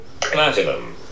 Platinum